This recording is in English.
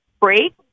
break